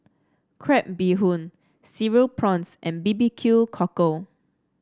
Crab Bee Hoon Cereal Prawns and B B Q Cockle